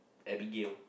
Abigail